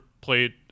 played